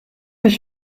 ich